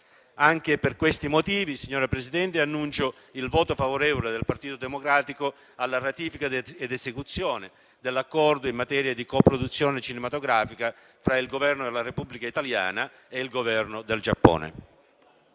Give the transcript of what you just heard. Anche per questi motivi, signora Presidente, annuncio il voto favorevole del Partito Democratico alla ratifica e all'esecuzione dell'Accordo in materia di coproduzione cinematografica fra il Governo della Repubblica italiana e il Governo del Giappone.